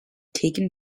taken